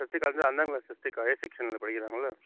சஸ்திகா வந்து அஞ்சாங் class Sasthika A செக்ஷனில் படிக்குறாங்கள்ல